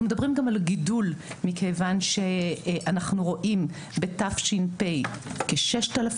אנחנו מדברים גם על גידול מכיוון שאנחנו רואים בתש"פ כ-6,000